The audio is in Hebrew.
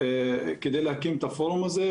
כדי להקים את הפורום הזה,